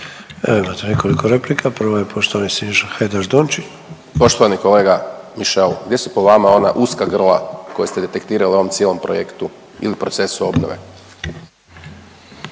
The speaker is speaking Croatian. Imate nekoliko replika, prvi je poštovani Siniša Hajdaš Dončić. **Hajdaš Dončić, Siniša (SDP)** Poštovani kolega Mišel gdje su po vama ona uska grla koja ste detektirali u ovom cijelom projektu ili procesu obnove?